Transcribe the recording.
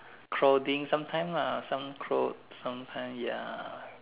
clothing sometime lah some clothes sometime ya